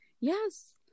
Yes